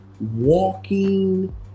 walking